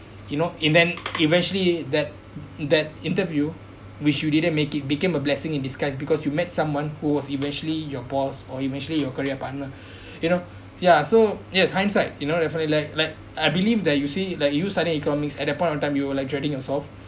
you know and then eventually that that interview which you didn't make it became a blessing in disguise because you met someone who was eventually your boss or eventually your career partner you know ya so yes hindsight you know definitely like like I believe that you see like you studying economics at that point of time you were like dragging yourself